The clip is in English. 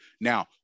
now